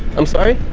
i'm sorry?